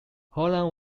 holland